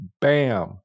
Bam